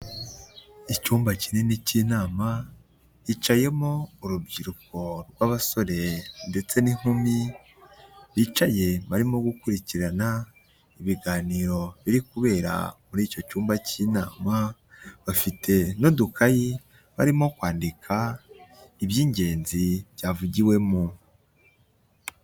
Icyumba kinini cy'inama hicayemo urubyiruko rw'abasore ndetse n'inkumi, bicaye barimo gukurikirana ibiganiro biri kubera muri icyo cyumba cy'inama, bafite n'udukayi barimo kwandika iby'ingenzi byavugiwemo.